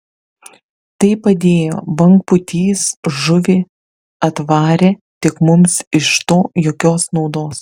tai padėjo bangpūtys žuvį atvarė tik mums iš to jokios naudos